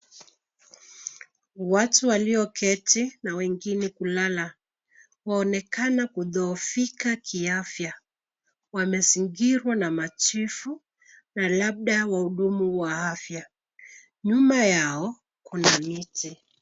Watu walioketi na wengine kulala, waonekana kudhoofika kiafya. Wamezingirwa na machifu na labda wahudumu wa afya. Nyuma yao kuna miti.